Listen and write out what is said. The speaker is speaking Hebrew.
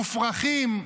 מופרכים?